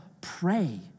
Pray